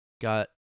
got